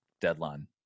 deadline